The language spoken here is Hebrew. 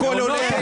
הכול עולה,